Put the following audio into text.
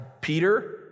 Peter